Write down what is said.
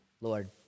Lord